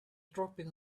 dropping